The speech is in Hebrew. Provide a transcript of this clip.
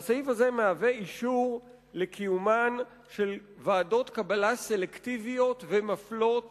והסעיף הזה מהווה אישור לקיומן של ועדות קבלה סלקטיביות ומפלות